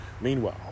Meanwhile